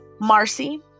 Marcy